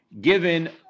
given